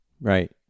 right